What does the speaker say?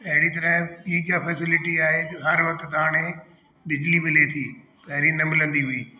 अहिड़ी तरह ई का फैसिलिटी आए त हर वक़्तु त हाणे बिजली मिले थी पहिरीं न मिलंदी हुई